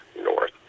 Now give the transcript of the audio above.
north